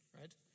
right